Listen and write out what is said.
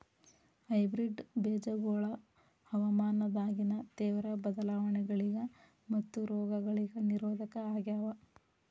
hybrid ಬೇಜಗೊಳ ಹವಾಮಾನದಾಗಿನ ತೇವ್ರ ಬದಲಾವಣೆಗಳಿಗ ಮತ್ತು ರೋಗಗಳಿಗ ನಿರೋಧಕ ಆಗ್ಯಾವ